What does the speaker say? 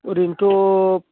ओरैनोथ'